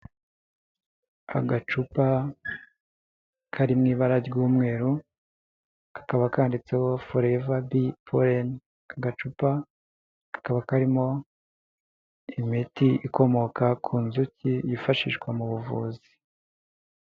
Agacupa kari mu ibara ry'umweru, kakaba kandiditseho Foreva bi poleni agacupa kakaba karimo imiti ikomoka ku nzuki yifashishwa mu buvuzi.